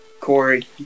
Corey